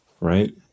right